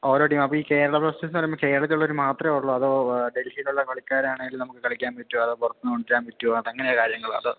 ഓരോ ടീമ് അപ്പോൾ കേരള ബ്ലാസ്റ്റേഴ്സ് എന്നുപറയുമ്പോൾ കേരളത്തിലുള്ളവർ മാത്രമേ ഉള്ളോ അതോ ഡൽഹിയിൽ നിന്ന് ഉള്ള കളിക്കാരാണെങ്കിലും നമുക്ക് കളിക്കാൻ പറ്റുമോ അതോ പുറത്തുനിന്ന് കൊണ്ടുവരാൻ പറ്റുമോ അതെങ്ങനെയാണ് കാര്യങ്ങൾ അത്